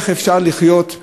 איך אפשר לחיות בתופעה,